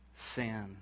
sin